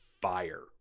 fire